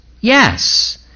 yes